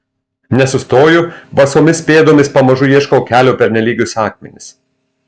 nesustoju basomis pėdomis pamažu ieškau kelio per nelygius akmenis